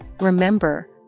Remember